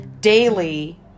daily